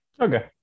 Okay